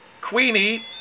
Queenie